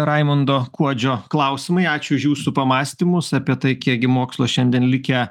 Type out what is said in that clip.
raimundo kuodžio klausimai ačiū už jūsų pamąstymus apie tai kiekgi mokslo šiandien likę